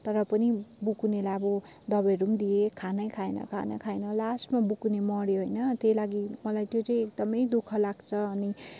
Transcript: तर पनि बुकुनेलाई अब दबाईहरू पनि दिएँ खानै खाएन खाना खाएन लास्टमा बुकुने मऱ्यो होइन त्यही लागि मलाई त्यो चाहिँ एकदमै दु ख लाग्छ अनि